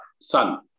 sun